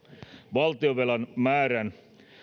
valtionvelan määrän